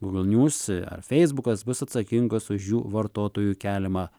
gūgl nius ar feisbukas bus atsakingos už jų vartotojų keliamą